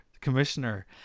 Commissioner